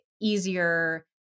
easier